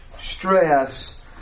stress